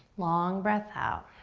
long breath out.